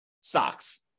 stocks